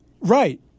Right